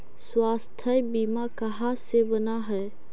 स्वास्थ्य बीमा कहा से बना है?